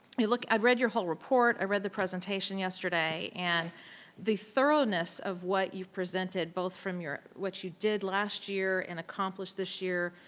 look, i read your whole report. i read the presentation yesterday. and the thoroughness of what you presented both from your, what you did last year and accomplished this year,